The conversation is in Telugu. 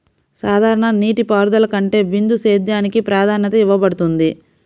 సాధారణ నీటిపారుదల కంటే బిందు సేద్యానికి ప్రాధాన్యత ఇవ్వబడుతుంది